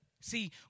See